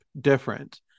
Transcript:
different